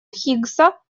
хиггса